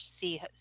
see